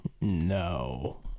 No